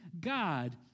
God